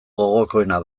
gogokoena